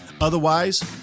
Otherwise